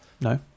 No